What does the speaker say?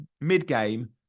mid-game